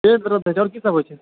पेट दरद होइ छै और की सब होइ छै